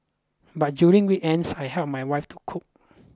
but during weekends I help my wife to cook